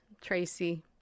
Tracy